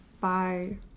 bye